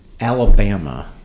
alabama